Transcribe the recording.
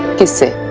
to say